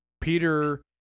Peter